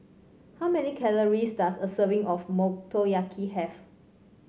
how many calories does a serving of Motoyaki have